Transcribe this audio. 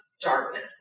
darkness